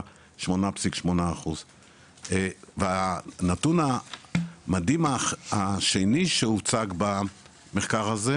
8.8%. הנתון המדהים השני שהוצג במחקר הזה,